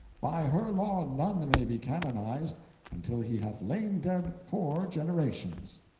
by her law none may be canonized until he hath lain dead four generations.